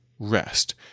rest